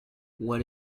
what